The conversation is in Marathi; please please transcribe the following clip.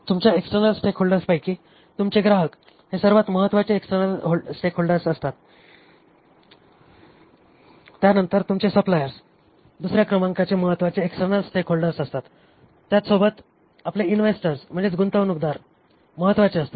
तुमच्या एक्सटर्नल स्टेकहोल्डर्सपैकी तुमचे ग्राहक हे सर्वात महत्वाचे एक्सटर्नल स्टेकहोल्डर्स असतात त्यानंतर तुमचे सप्लायर्स दुसऱ्या क्रमांकाचे महत्वाचे एक्सटर्नल स्टेकहोल्डर्स असतात त्यासोबतच आपले इन्वेस्टर्स गुंतवणूकदार महत्वाचे असतात